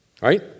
Right